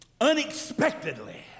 unexpectedly